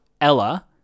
Ella